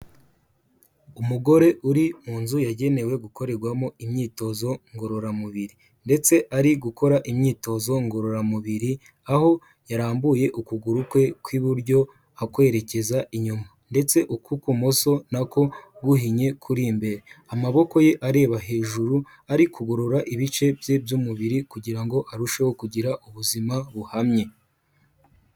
Umugore uri mu nzu yagenewe gukorerwamo imyitozo ngororamubiri ndetse ari gukora imyitozo ngororamubiri aho yarambuye ukuguru kwe kw'iburyo akwerekeza inyuma ndetse uku kumoso nako guhinye kuri imbere, amaboko ye areba hejuru ari kugorora ibice bye by'umubiri kugira ngo arusheho kugira ubuzima buhamye.